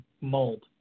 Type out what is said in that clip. mold